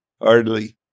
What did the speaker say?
Hardly